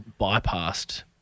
bypassed